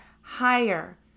higher